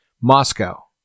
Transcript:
Moscow